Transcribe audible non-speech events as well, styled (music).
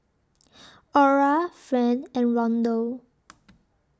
(noise) Ora Friend and Rondal (noise)